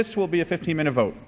this will be a fifteen minute vote